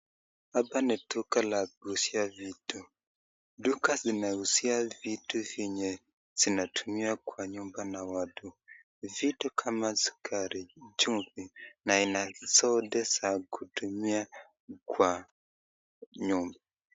Hapa ni duka la kuuzia vitu duka zinauza vitu vyenye vinatumiwa kwa nyumba na watu vitu kama sukari, chumvi na aina zote za kutumia kwa nyumba.